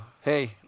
hey